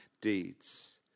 deeds